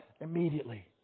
immediately